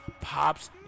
pops